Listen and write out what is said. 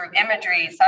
imagery